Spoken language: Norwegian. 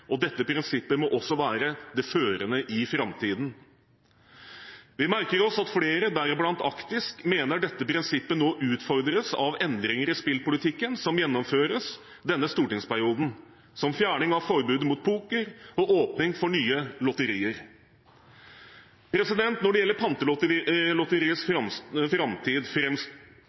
og dette prinsippet må også være det førende i framtiden. Vi merker oss at flere, deriblant Actis, mener dette prinsippet nå utfordres av endringer i spillpolitikken som gjennomføres denne stortingsperioden, som fjerning av forbudet mot poker og åpning for nye lotterier. Når det gjelder